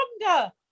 stronger